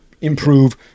improve